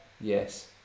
Yes